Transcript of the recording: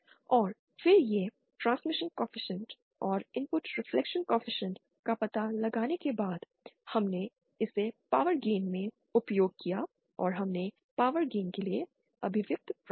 और फिर इस ट्रांसमिशन कॉएफिशिएंट और इनपुट रिफ्लेक्शन कॉएफिशिएंट का पता लगाने के बाद हमने इसे पावर गेन में उपयोग किया और हमने पावर गेन के लिए अभिव्यक्ति प्राप्त की